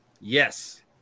yes